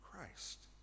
Christ